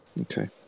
Okay